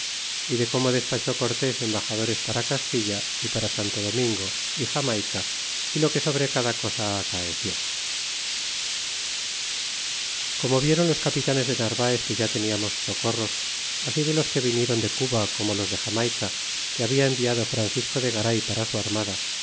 y de como despachó cortés embaxadores para castilla y para santo domingo y lamayc y lo que sobre cada calla acaeció como vieron los capitanes de narvaez que ya teníamos socorros así de los que vinieron de cuba como los de jamayca que habla enviado franbisco de garay para su armada